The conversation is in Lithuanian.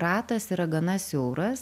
ratas yra gana siauras